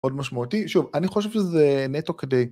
עוד משמעותי שוב אני חושב שזה נטו כדי